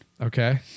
Okay